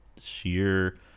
sheer